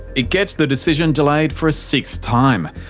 it gets the decision delayed for a sixth time,